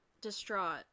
distraught